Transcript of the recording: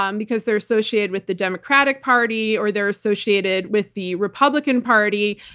um because they're associated with the democratic party, or they're associated with the republican party.